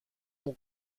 mon